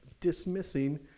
dismissing